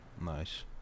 Nice